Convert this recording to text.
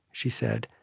she said,